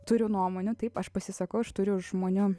turiu nuomonę taip aš pasisakau aš turiu žmonių